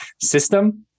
system